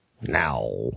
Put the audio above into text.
Now